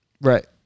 Right